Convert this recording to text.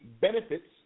benefits